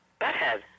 Butthead